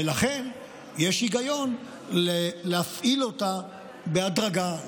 ולכן יש היגיון להפעיל אותה בהדרגה.